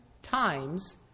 Times